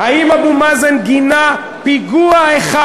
האם אבו מאזן גינה פיגוע אחד?